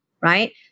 right